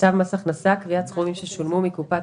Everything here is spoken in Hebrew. צו מס הכנסה (קביעת סכומים ששולמו מקופת